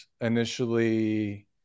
initially